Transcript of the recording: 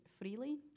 freely